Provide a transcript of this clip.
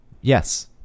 Yes